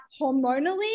hormonally